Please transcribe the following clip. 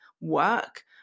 work